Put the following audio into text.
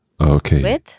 Okay